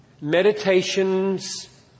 Meditations